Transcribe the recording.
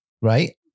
Right